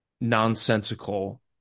nonsensical